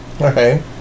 Okay